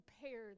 prepare